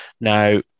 Now